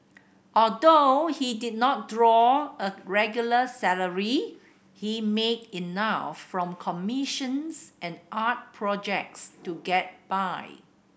although he did not draw a regular salary he made enough from commissions and art projects to get by